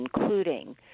including